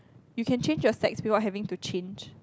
you can change your sex to what you having to change